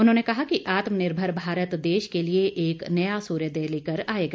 उन्होंने कहा कि आत्मनिर्भर भारत देश के लिए एक नया सूर्योदय लेकर आएगा